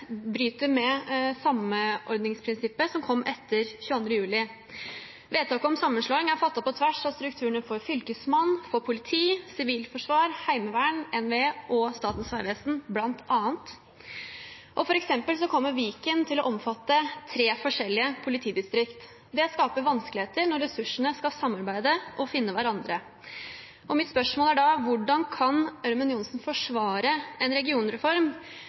bryter med samordningsprinsippet som kom etter 22. juli. Vedtaket om sammenslåing er fattet på tvers av strukturene for Fylkesmannen, politi, Sivilforsvaret, Heimevernet, NVE og Statens vegvesen, bl.a. For eksempel kommer Viken til å omfatte tre forskjellige politidistrikt. Det skaper vanskeligheter når ressursene skal samarbeide og finne hverandre. Mitt spørsmål er da: Hvordan kan Ørmen Johnsen forsvare en regionreform